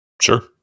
Sure